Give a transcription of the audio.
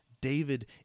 David